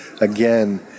again